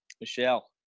Michelle